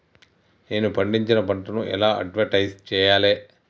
నేను పండించిన పంటను ఎలా అడ్వటైస్ చెయ్యాలే?